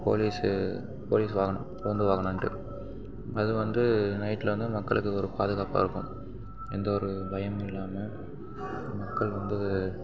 police police வாகனம் ரோந்து வாகனன்ட்டு அது வந்து நைட்டில் வந்து மக்களுக்கு ஒரு பாதுகாப்பாக இருக்கும் எந்த ஒரு பயமும் இல்லாமல் மக்கள் வந்து